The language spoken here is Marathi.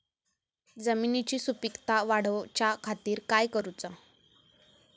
जमिनीची सुपीकता वाढवच्या खातीर काय करूचा?